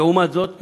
לעומת זאת,